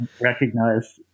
recognize